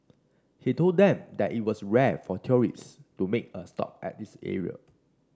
he told them that it was rare for tourist to make a stop at this area